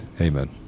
amen